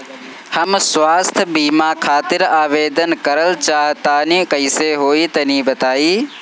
हम स्वास्थ बीमा खातिर आवेदन करल चाह तानि कइसे होई तनि बताईं?